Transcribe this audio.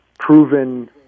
proven